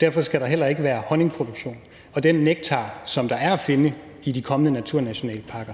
derfor skal der heller ikke være honningproduktion. Og den nektar, som der er at finde i de kommende naturnationalparker,